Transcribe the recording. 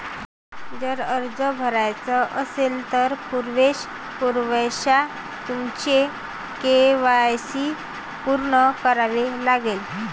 जर अर्ज भरायचा असेल, तर पुरेशा पुराव्यासह तुमचे के.वाय.सी पूर्ण करावे लागेल